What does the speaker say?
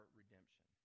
redemption